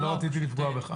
לא רציתי לפגוע בך.